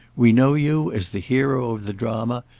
we know you as the hero of the drama,